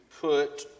put